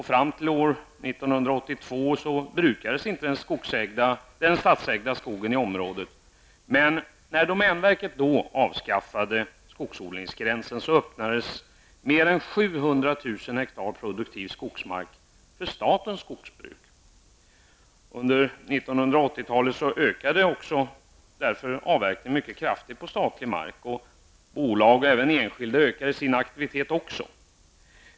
Fram till år 1982 brukades inte den statsägda skogen i området. Men när domänverket då avskaffade skogsodlingsgränsen öppnades mer än 700 000 Under 1980-talet ökade därför avverkningen mycket kraftigt på statlig mark. Bolagen och även enskilda ökade sin aktivitet.